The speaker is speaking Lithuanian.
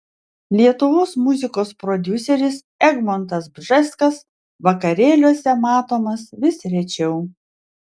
lietuvos muzikos prodiuseris egmontas bžeskas vakarėliuose matomas vis rečiau